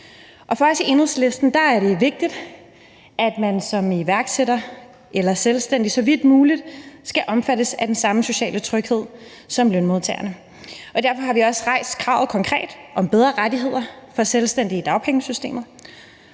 For os i Enhedslisten er det vigtigt, at man som iværksætter eller selvstændig så vidt muligt skal omfattes af den samme sociale tryghed som lønmodtagerne. Derfor har vi også rejst kravet konkret om bedre rettigheder for selvstændige i dagpengesystemet,